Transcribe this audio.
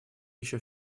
еще